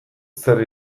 zer